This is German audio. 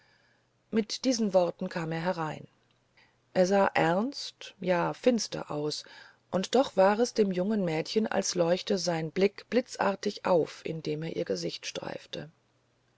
mit diesen worten kam er herüber er sah ernst ja finster aus und doch war es dem jungen mädchen als leuchte sein blick blitzartig auf indem er ihr gesicht streifte